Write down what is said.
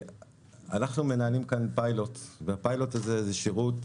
אנחנו מנהלים כאן פיילוט, והפיילוט הזה זה שירות